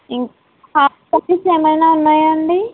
ఏమన్నా ఉన్నాయా అండి